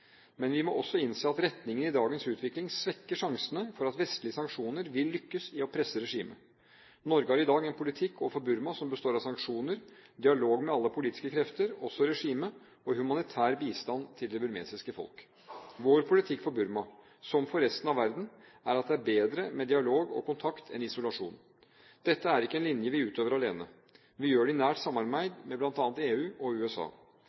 Men vi må også innse at retningen i dagens utvikling svekker sjansene for at vestlige sanksjoner vil lykkes i å presse regimet. Norge har i dag en politikk overfor Burma som består av sanksjoner, dialog med alle politiske krefter – også regimet – og humanitær bistand til det burmesiske folk. Vår politikk for Burma – som for resten av verden – er at det er bedre med dialog og kontakt enn isolasjon. Dette er ikke en linje vi utøver alene. Vi gjør det i nært samarbeid med bl.a. EU og USA.